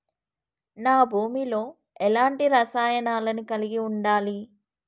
నా భూమి లో ఎలాంటి రసాయనాలను కలిగి ఉండాలి?